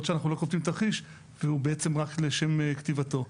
שאנחנו לא כותבים תרחיש והוא בצעם רק לשם כתיבתו,